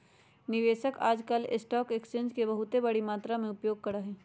निवेशक आजकल stock exchange के बहुत बडी मात्रा में उपयोग करा हई